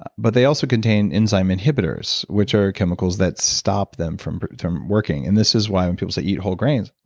but but they also contain enzyme inhibitors, which are chemicals that stop them from from working. and this is why and say eat whole grains,